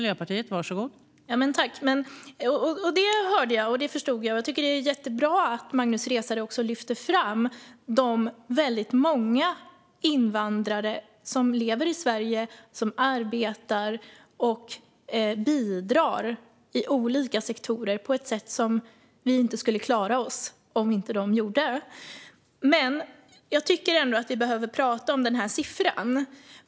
Fru talman! Detta hörde och förstod jag. Jag tycker att det är jättebra att Magnus Resare lyfter fram de många invandrare som lever i Sverige och som arbetar och bidrar i olika sektorer på ett sätt som vi inte skulle klara oss utan. Jag tycker ändå att vi behöver prata om siffran.